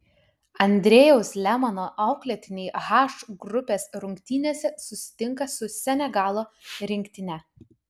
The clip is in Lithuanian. andrejaus lemano auklėtiniai h grupės rungtynėse susitinka su senegalo rinktine